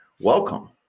welcome